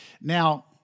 Now